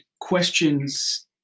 questions